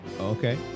Okay